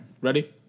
Ready